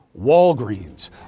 Walgreens